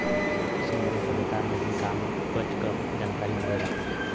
सिंन्धु सभ्यता में भी कागज क जनकारी मिलेला